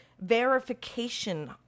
verification